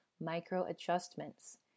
micro-adjustments